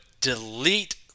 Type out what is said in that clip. delete